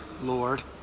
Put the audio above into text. Lord